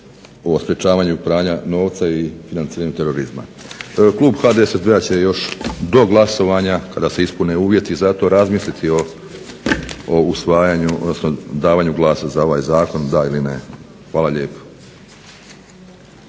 o sprečavanju pranja novca i sprečavanju terorizma. Klub HDSSB-a će još do glasovanja kada se ispune uvjeti za to, razmisliti o usvajanju odnosno davanju glasa za ovaj zakon da ili ne. Hvala lijepo.